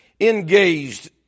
engaged